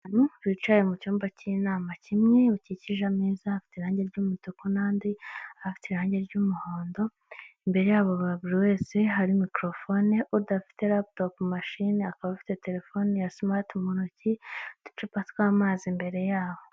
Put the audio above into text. Abantu bicaye mu cyumba k'inama kimwe bakikije ameza afite irange ry'umutuku n'andi afite irange ry'umuhondo, imbere yabo buri wese hari mikolofone udafite laputopu mashini akaba afite terefone ya simati mu ntoki, uducupa tw'amazi imbere yabo.